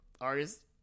artists